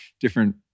different